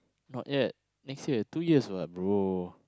not year next year two years what bro